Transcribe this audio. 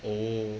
oh